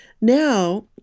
Now